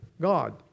God